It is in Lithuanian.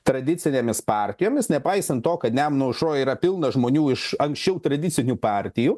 tradicinėmis partijomis nepaisant to kad nemuno aušroj yra pilna žmonių iš anksčiau tradicinių partijų